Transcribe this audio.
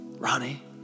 Ronnie